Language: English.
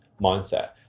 mindset